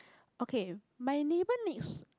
okay my neighbour next